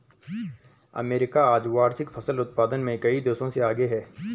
America आज वार्षिक फसल उत्पादन में कई देशों से आगे है